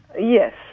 Yes